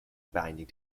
binding